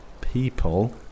people